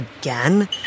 again